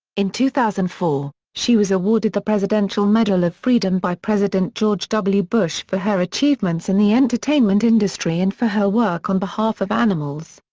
in two thousand and four, she was awarded the presidential medal of freedom by president george w. bush for her achievements in the entertainment industry and for her work on behalf of animals.